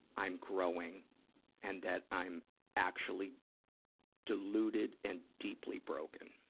i'm growing and that i'm actually deluded and deeply broken.